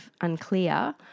unclear